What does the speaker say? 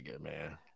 man